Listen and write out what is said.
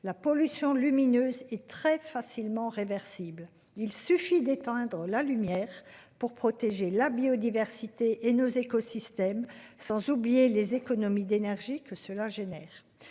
la pollution lumineuse et très facilement réversible. Il suffit d'éteindre la lumière pour protéger la biodiversité et nos écosystèmes sans oublier les économies d'énergie que cela génère,